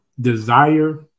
desire